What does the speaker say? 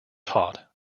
taught